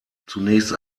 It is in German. zunächst